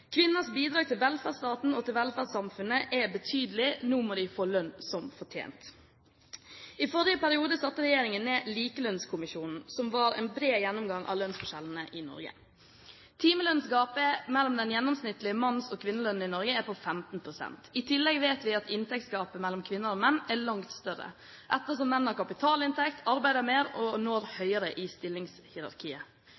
Kvinners bidrag til velferdsstaten og til velferdssamfunnet er betydelig. Nå må de få lønn som fortjent. I forrige periode satte regjeringen ned Likelønnskommisjonen, som ga en bred gjennomgang av lønnsforskjellene i Norge. Timelønnsgapet mellom den gjennomsnittlige manns- og kvinnelønnen i Norge er på 15 pst. I tillegg vet vi at inntektsgapet mellom kvinner og menn er langt større, ettersom menn har kapitalinntekt, arbeider mer og når